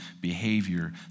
behavior